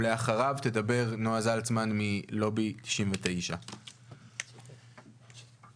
אחריו תדבר נעה זלצמן מלובי 99. יוני,